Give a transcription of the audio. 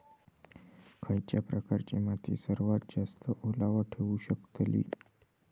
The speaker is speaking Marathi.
खयच्या प्रकारची माती सर्वात जास्त ओलावा ठेवू शकतली?